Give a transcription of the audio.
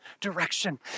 direction